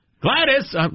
Gladys